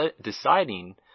deciding